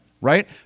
right